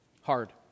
hard